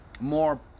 more